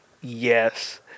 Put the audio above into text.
Yes